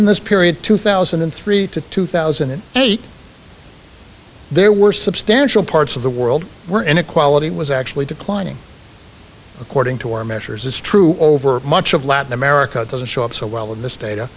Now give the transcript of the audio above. in this period two thousand and three to two thousand and eight there were substantial parts of the world were inequality was actually declining according to our measures it's true over much of latin america doesn't show up so well in this data